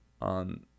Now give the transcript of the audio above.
on